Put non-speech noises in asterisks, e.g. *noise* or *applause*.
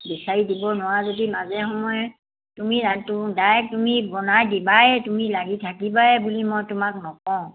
বিচাৰি দিব নোৱাৰা যদি মাজে সময় তুমি *unintelligible* ডাইৰেক্ট তুমি বনাই দিবাই তুমি লাগি থাকিবায়ে বুলি মই তোমাক নকওঁ